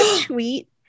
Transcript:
tweet